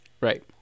Right